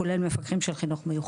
כולל מפקחים של חנ"מ,